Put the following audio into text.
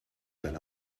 tell